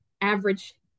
average